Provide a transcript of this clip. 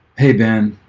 hey, ben